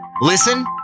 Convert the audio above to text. Listen